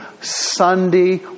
Sunday